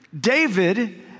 David